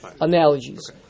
analogies